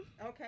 okay